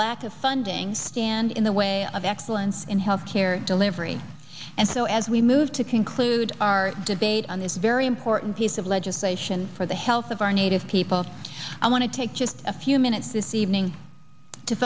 lack of funding stand in the way of excellence in health care delivery and so as we move to conclude our debate on this very important piece of legislation for the health of our native people i want to take just a few minutes this evening to